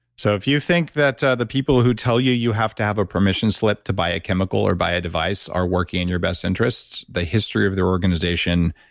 so, if you think that the people who tell you you have to have a permission slip to buy a chemical or buy a device are working in your best interests, the history of the organization,